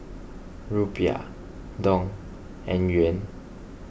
Rupiah Dong and Yuan